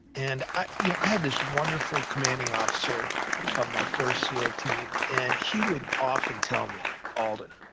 and i you know had this wonderful commanding officer of my first seal team, and he would often tell me, alden,